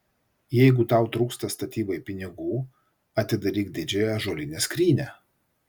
jeigu tau trūksta statybai pinigų atidaryk didžiąją ąžuolinę skrynią